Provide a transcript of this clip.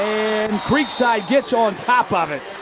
and creekside gets on top of it.